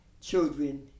children